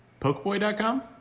pokeboy.com